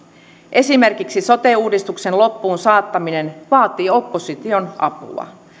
esimerkiksi sote uudistuksen loppuun saattaminen vaatii opposition apua